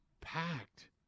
packed